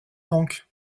donc